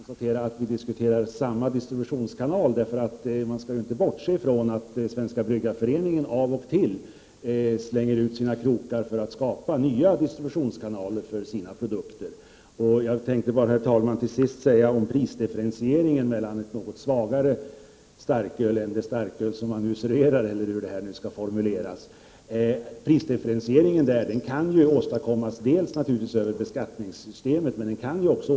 Herr talman! Det är bra att vi kan konstatera att vi diskuterar samma distributionskanal. Man skall nämligen inte bortse från att Svenska bryggareföreningen av och till slänger ut sina krokar för att skapa nya distributionskanaler för sina produkter. En prisdifferentiering för ett något svagare starköl än det starköl som nu serveras kan åstadkommas dels över beskattningssystemet, dels av näringen själv.